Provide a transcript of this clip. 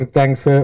thanks